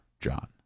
John